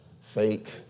fake